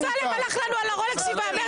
דודי אמסלם הלך לנו על הרולקסים והמרצדסים